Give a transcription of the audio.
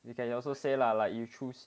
you can you also say lah like you choose